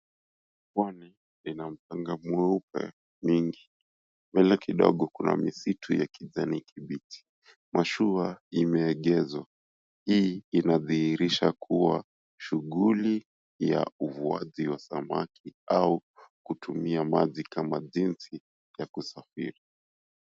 Pwani ina mchanga mweupe mingi. Mbele kidogo kuna misitu ya kijani kibichi. Mashua imeegezwa. Hii inadhihirisha kuwa shughili ya uvuaji wa samaki au kutumia maji kama jinsi ya kusafiri.